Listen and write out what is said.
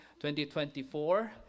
2024